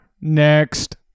next